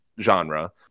genre